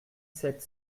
sept